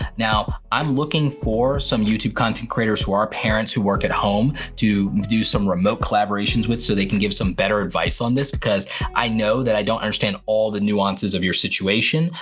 now, i'm looking for some youtube content creators who are parents who work at home to do some remote collaborations with so they can give some better advice on this, because i know that i don't understand all the nuances of your situation,